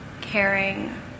caring